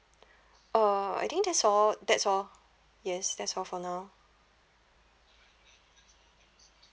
uh I think that's all that's all yes that's all for now